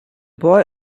boy